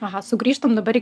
aha sugrįžtam dabar į